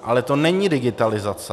Ale to není digitalizace.